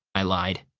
i lied.